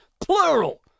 plural